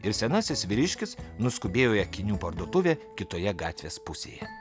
ir senasis vyriškis nuskubėjo į akinių parduotuvę kitoje gatvės pusėje